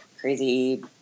crazy